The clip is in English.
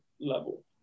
level